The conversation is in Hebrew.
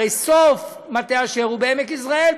הרי סוף מטה אשר הוא בעמק יזרעאל,